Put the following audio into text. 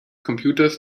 computers